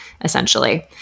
essentially